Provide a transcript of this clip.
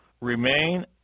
Remain